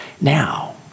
Now